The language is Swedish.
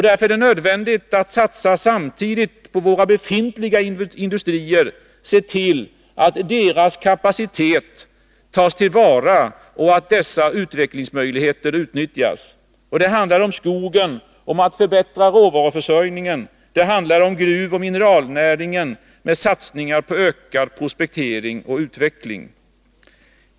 Därför är det nödvändigt att samtidigt satsa på våra befintliga industrier, se till att deras kapacitet tas till vara och att deras utvecklingsmöjligheter utnyttjas. Det handlar om skogen, om att förbättra råvaruförsörjningen. Det handlar om gruvoch mineralnäringen, med satsningar på ökad prospektering och utveckling.